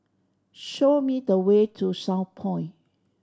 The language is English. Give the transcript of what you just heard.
show me the way to Southpoint